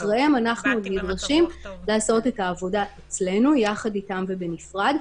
אחריהם אנחנו נדרשים לעשות את העבודה אצלנו יחד איתם ובנפרד,